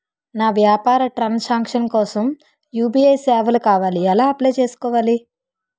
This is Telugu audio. నా వ్యాపార ట్రన్ సాంక్షన్ కోసం యు.పి.ఐ సేవలు కావాలి ఎలా అప్లయ్ చేసుకోవాలి?